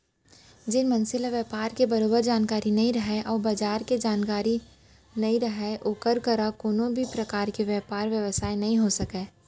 जेन मनसे ल बयपार के बरोबर जानकारी नइ रहय अउ बजार के जानकारी नइ रहय ओकर करा कोनों भी परकार के बयपार बेवसाय नइ हो सकय